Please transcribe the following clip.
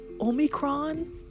Omicron